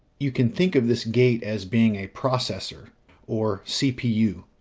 you can think of this gate as being a processor or cpu.